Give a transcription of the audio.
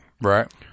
Right